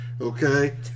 Okay